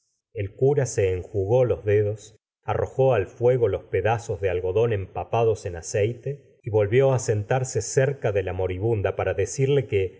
el cura se enjugó los dedos arrojó al fuego los pedazos de algodón empapados eij aceite y volvió á sentarse cerca de la moribunda para decirle que